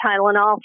Tylenol